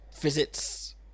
visits